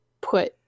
put